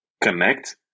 connect